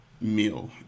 meal